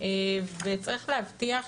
וצריך להבטיח